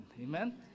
amen